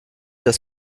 dass